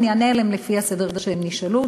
ואענה עליהן לפי הסדר שבו הן נשאלו.